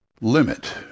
limit